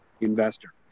investor